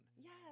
Yes